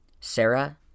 Sarah